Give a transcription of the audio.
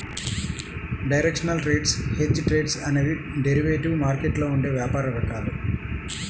directional trades, hedged trades అనేవి derivative మార్కెట్లో ఉండే వ్యాపార రకాలు